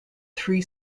three